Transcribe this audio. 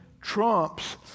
trumps